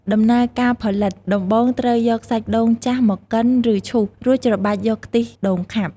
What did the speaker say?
ដំណើរការផលិត ដំបូងត្រូវយកសាច់ដូងចាស់មកកិន ឬឈូស រួចច្របាច់យកខ្ទិះដូងខាប់។